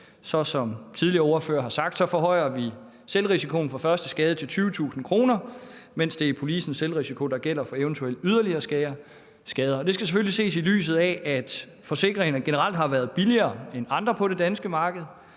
vi, som tidligere ordførere har sagt, selvrisikoen for første skade til 20.000 kr., mens det er policens selvrisiko, der gælder for eventuelle yderligere skader. Det skal selvfølgelig ses i lyset af, at forsikringerne generelt har været billigere end andre på det danske marked,